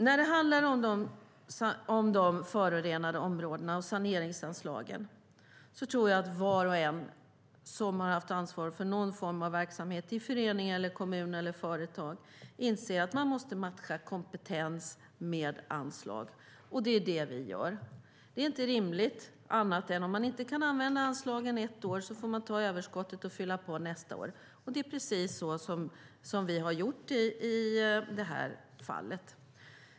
När det gäller saneringsanslag för förorenade områden tror jag att var och en som har haft ansvar för någon form av verksamhet, i förening, kommun eller företag, inser att man måste matcha kompetens med anslag. Det är vad vi gör. Det är inte mer än rimligt att överskottet från ett anslag som inte kan användas ett år kan användas för att fylla på nästa år. Det är precis vad vi har gjort i det här fallet.